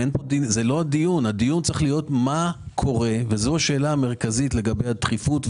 הדיון הוא מה קורה וזו השאלה המרכזית לגבי הדחיפות,